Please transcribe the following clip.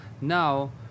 now